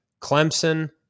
Clemson